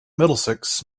middlesex